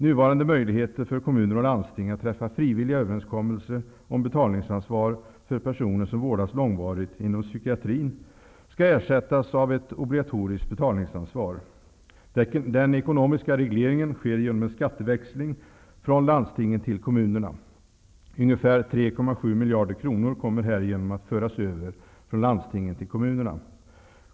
Nuvarande möjligheter för kommuner och landsting att träffa frivilliga överenskommelser om betalningsansvar för personer som vårdats långvarigt inom psykiatrin skall ersättas av ett obligatoriskt betalningsansvar. Den ekonomiska regleringen sker genom en skatteväxling från landstingen till kommunerna. Ungefär 3,7 miljarder kronor kommer härigenom att föras över från landstingen till kommunerna.